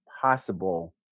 possible